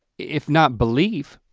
if not belief.